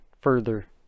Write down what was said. further